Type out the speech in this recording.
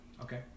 Okay